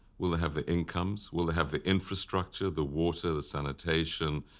will they have the incomes, will they have the infrastructure, the water, the sanitation,